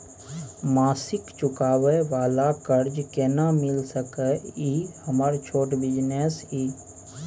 मासिक चुकाबै वाला कर्ज केना मिल सकै इ हमर छोट बिजनेस इ?